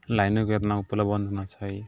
लाइनोके ओतना प्रबन्ध नहि छै